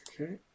Okay